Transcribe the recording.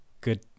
good